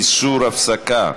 איסור הפסקה,